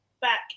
back